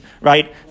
right